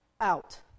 out